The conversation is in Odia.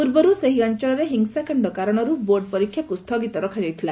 ପୂର୍ବରୁ ସେହି ଅଞ୍ଚଳରେ ହିଂସାକାଣ୍ଡ କାରଣରୁ ବୋର୍ଡ଼ ପରୀକ୍ଷାକୁ ସ୍ଥଗିତ ରଖାଯାଇଥିଲା